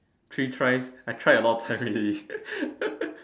three tries I tried a lot times already